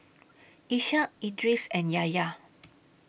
Ishak Idris and Yahya